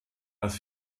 als